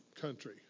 country